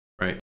right